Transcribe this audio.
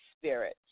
spirit